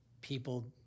people